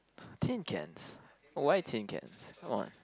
tin cans why tin cans